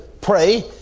pray